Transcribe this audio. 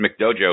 McDojo